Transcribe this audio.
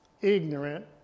ignorant